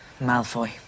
malfoy